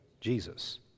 Jesus